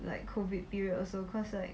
like COVID period also cause like